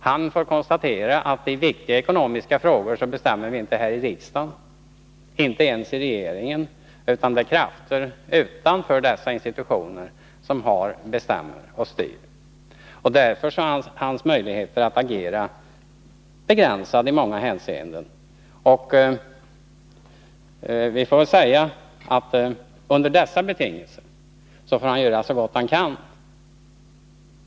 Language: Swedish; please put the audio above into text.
Han får konstatera att i viktiga ekonomiska frågor bestämmer inte vi här i riksdagen, inte ens regeringen, utan det är krafter utanför dessa institutioner som styr och ställer. Hans möjligheter att agera är därför begränsade i många avseenden. Under dessa betingelser får han göra så gott han kan.